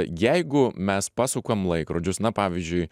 jeigu mes pasukam laikrodžius na pavyzdžiui